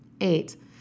Eight